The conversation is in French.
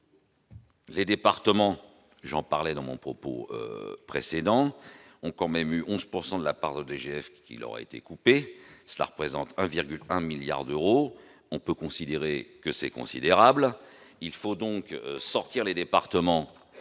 Les départements, j'en parlais dans mon propos précédent ont quand même eu 11 pourcent de la part des gestes qui leur a été coupée, cela représente 1,1 milliard d'euros, on peut considérer que c'est considérable, il faut donc sortir les départements